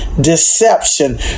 deception